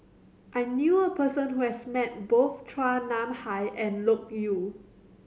I knew a person who has met both Chua Nam Hai and Loke Yew